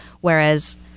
Whereas